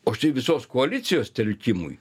o štai visos koalicijos telkimui